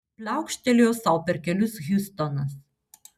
pliaukštelėjo sau per kelius hiustonas